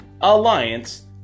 alliance